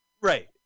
Right